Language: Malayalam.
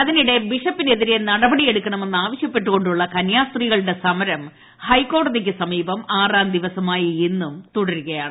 അതിനിടെ ബിഷപ്പിനെതിരെ നടപടി എടുക്കണമെന്ന് ആവശ്യപ്പെട്ടുകൊണ്ടുള്ള കന്യാസ്ത്രീകളുടെ സമരം ഹൈക്കോടതിക്ക് സമീപം ആറാം ദിവസമായ ഇന്നും തുടരുകയാണ്